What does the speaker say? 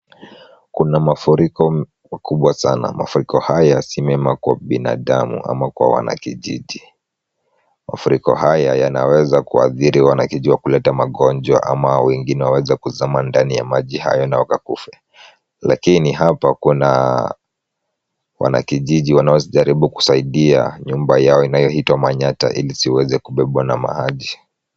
Kuna mafuriko makubwa sana, mafuriko haya simame kwa binadamu, ama kwa wanakijiji, mafuriko haya yanaweza kuathiri wanakijiji wa kuleta magonjwa, ama wengine waweza kuzama ndani ya maji hayo na wakakufe, lakini hapa kuna wanakijiji wanaozijaribu kusaidia nyumba yao inayoitwa manyata ili siweze kubebwa na mahaji.